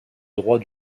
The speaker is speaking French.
droit